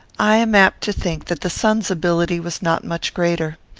i am apt to think that the son's ability was not much greater.